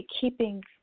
keeping